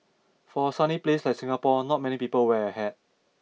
for a sunny place like Singapore not many people wear a hat